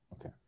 okay